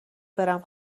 برم